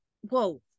Whoa